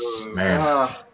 Man